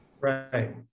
Right